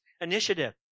initiative